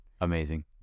Amazing